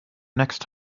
next